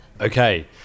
Okay